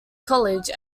college